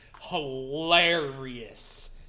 hilarious